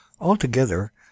Altogether